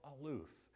aloof